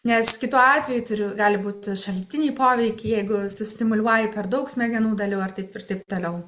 nes kitu atveju gali būt šalutiniai poveikiai jeigu sustimuliuoji per daug smegenų dalių ar taip ir taip toliau